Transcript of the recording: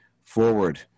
forward